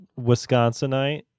Wisconsinite